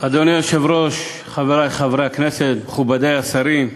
אדוני היושב-ראש, חברי חברי הכנסת, מכובדי השרים,